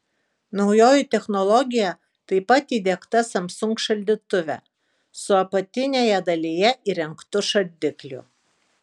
naujoji technologija taip pat įdiegta samsung šaldytuve su apatinėje dalyje įrengtu šaldikliu